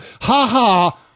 ha-ha